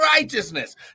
righteousness